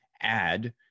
add